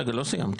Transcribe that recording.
רגע, לא סיימתי.